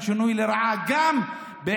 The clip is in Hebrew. אבל היא ממשלה של שינוי לרעה גם בעניין